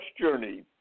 journey